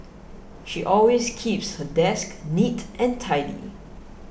she always keeps her desk neat and tidy